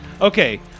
Okay